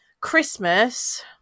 Christmas